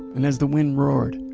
and as the wind roared,